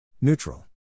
Neutral